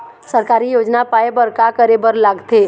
सरकारी योजना पाए बर का करे बर लागथे?